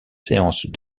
séances